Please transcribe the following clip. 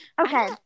okay